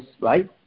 Right